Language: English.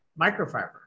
microfiber